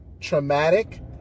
traumatic